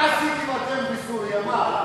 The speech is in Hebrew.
מה עשיתם אתם בסוריה?